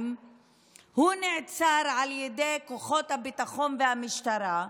הוא נעצר על ידי כוחות הביטחון והמשטרה,